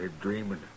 dreaming